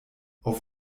auf